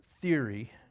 theory